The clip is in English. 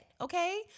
Okay